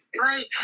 Right